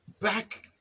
back